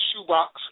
shoebox